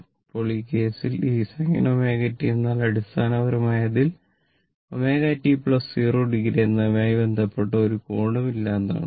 ഇപ്പോൾ ഈ കേസിൽ ഈ sin ω t എന്നാൽ അടിസ്ഥാനപരമായി അതിൽ ωt 0o എന്നതുമായി ബന്ധപ്പെട്ട ഒരു കോണും ഇല്ല എന്നാണ്